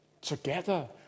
Together